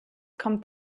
kommt